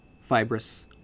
fibrous